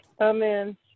Amen